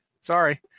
Sorry